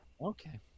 Okay